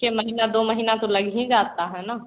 के महीना दो महीना तो लग ही जाता है ना